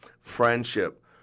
Friendship